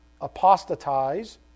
apostatize